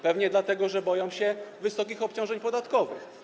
Pewnie dlatego, że boją się wysokich obciążeń podatkowych.